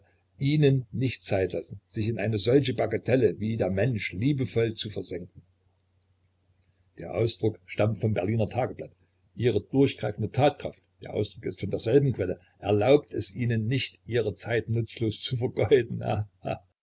ihnen nicht zeit lassen sich in eine solche bagatelle wie der mensch liebevoll zu versenken der ausdruck stammt vom berliner tageblatt ihre durchgreifende tatkraft der ausdruck ist von derselben quelle erlaubt ihnen nicht ihre zeit nutzlos zu vergeuden